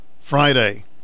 Friday